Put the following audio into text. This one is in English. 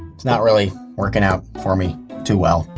it's not really working out for me too well.